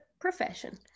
profession